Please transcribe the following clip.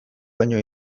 baino